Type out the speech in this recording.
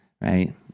Right